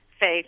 faith